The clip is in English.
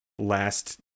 Last